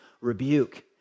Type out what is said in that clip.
rebuke